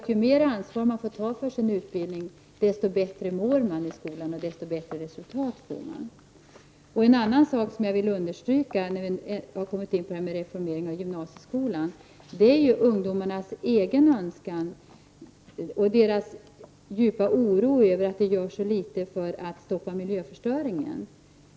Ju mer ansvar man får ta för sin utbildning, desto bättre mår man i skolan och ju bättre resultat får man. När vi nu har kommit in på reformeringen i gymnasieskolan vill jag understryka ungdomarnas djupa oro över att det görs så litet för att stoppa miljöförstöringen.